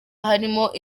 harimo